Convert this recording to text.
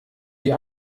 die